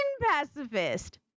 pacifist